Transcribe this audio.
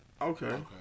Okay